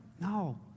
no